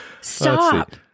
Stop